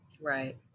Right